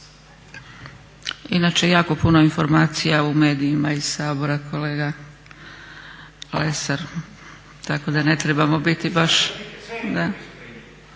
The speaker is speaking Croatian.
Inače jako puno informacija u medijima iz Sabora kolega Lesar. Tako da ne trebamo biti baš